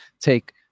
take